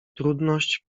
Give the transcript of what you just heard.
trudność